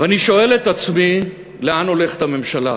ואני שואל את עצמי לאן הולכת הממשלה.